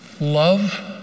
Love